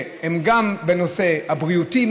הוא מאוד מאוד חזק גם בנושא הבריאותי,